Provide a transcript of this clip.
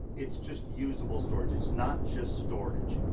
it's just usable storage, it's not just storage,